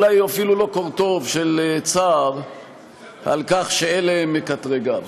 אולי אפילו לא קורטוב של צער על כך שאלה הם מקטרגיו.